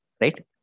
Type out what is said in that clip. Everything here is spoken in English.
right